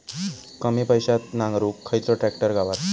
कमी पैशात नांगरुक खयचो ट्रॅक्टर गावात?